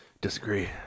Disagree